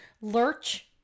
Lurch